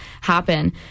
happen